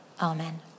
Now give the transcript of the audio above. Amen